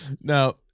Now